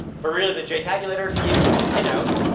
but, really the jtagulator gives you the pin-out.